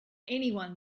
anyone